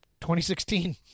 2016